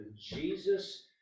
Jesus